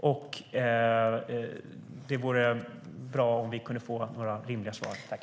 Det vore bra om vi kunde få några rimliga svar.